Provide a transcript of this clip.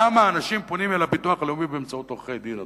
כמה אנשים פונים אל הביטוח הלאומי באמצעות עורכי-דין,